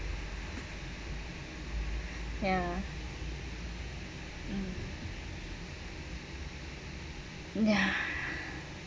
ya mm ya